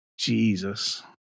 Jesus